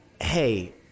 hey